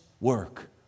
work